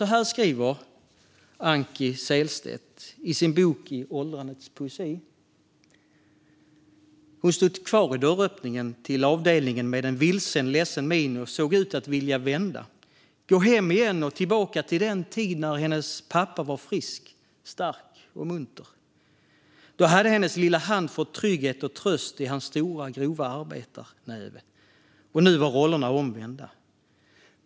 Så här skriver Anki Sehlstedt i sin bok Åldrandets poesi : Hon stod kvar i dörröppningen till avdelningen med en vilsen, ledsen min och såg ut att vilja vända, gå hem igen och tillbaka till den tid då hennes pappa var frisk, stark och munter. Då hade hennes lilla hand fått trygghet och tröst i hans stora, grova arbetarnäve. Nu var rollerna omvända.